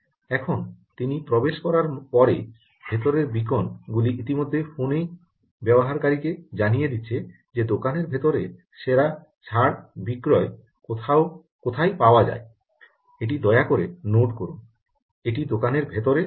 এখন তিনি প্রবেশ করার পরে ভিতরের বীকন গুলি ইতিমধ্যে ফোনে ব্যবহারকারীকে জানিয়ে দিচ্ছে যে দোকানের ভিতরে সেরা ছাড় বিক্রয় কোথায় পাওয়া যায় এটি দয়া করে নোট করুন এটি দোকানের ভিতরে রয়েছে